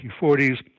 1940s